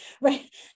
right